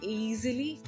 easily